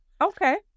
Okay